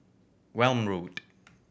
Welm Road